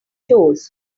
toes